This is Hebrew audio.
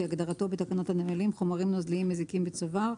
כהגדרתו בתקנות הנמלים חומרים נוזליים מזיקים בצובר,